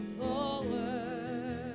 forward